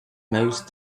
most